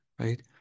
right